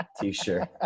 T-shirt